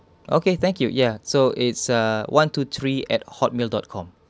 okay thank you ya so it's uh one two three at hotmail dot com